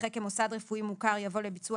אחרי "כמוסד רפואי מוכר" יבוא "לביצוע